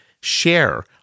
Share